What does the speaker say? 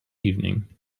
evening